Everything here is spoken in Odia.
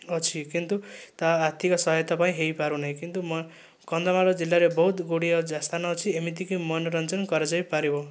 ଅଛି କିନ୍ତୁ ତା ଆର୍ଥିକ ସହାୟତା ପାଇଁ ହୋଇପାରୁନାହିଁ କିନ୍ତୁ କନ୍ଧମାଳ ଜିଲ୍ଲାରେ ବହୁତ ଗୁଡ଼ିଏ ସ୍ଥାନ ଅଛି ଏମିତିକି ମନୋରଞ୍ଜନ କରାଯାଇପାରିବ